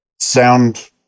sound